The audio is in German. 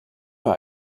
für